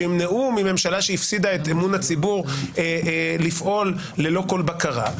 שימנעו ממשלה שהפסידה את אמון הציבור לפעול ללא כל בקרה.